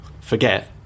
forget